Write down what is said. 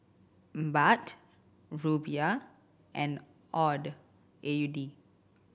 Baht Rupiah and AUD A U D